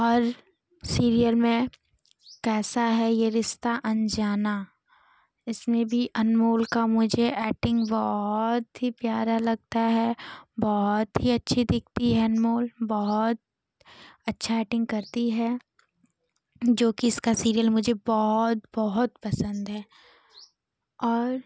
और सीरियल में कैसा है ये रिश्ता अनजाना इसमें भी अनमोल का मुझे ऐक्टिंग बहुत ही प्यारा लगता है बहुत ही अच्छी दिखती है अनमोल बहुत अच्छा ऐटिंग करती है जो कि इसका सीरियल मुझे बहुत बहुत पसंद है और